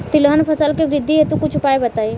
तिलहन फसल के वृद्धि हेतु कुछ उपाय बताई?